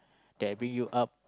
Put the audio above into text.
that bring you up